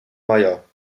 meier